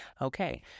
okay